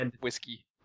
whiskey